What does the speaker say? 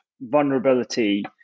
vulnerability